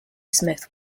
smith